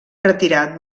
retirat